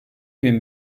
bin